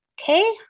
okay